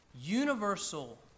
Universal